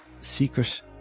secret